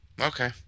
Okay